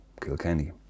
Kilkenny